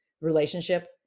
relationship